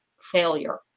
failure